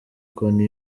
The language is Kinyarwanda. konti